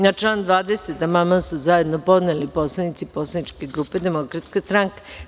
Na član 20. amandman su zajedno podneli poslanici Poslaničke grupe Demokratska stranka.